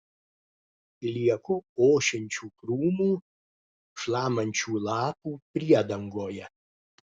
lieku ošiančių krūmų šlamančių lapų priedangoje